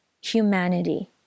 humanity